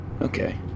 Okay